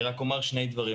אני רק אומר שני דברים.